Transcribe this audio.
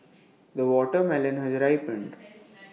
the watermelon has ripened